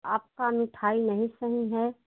आपका मिठाई नहीं सही है